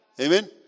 Amen